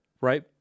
Right